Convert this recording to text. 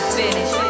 finish